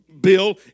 bill